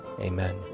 Amen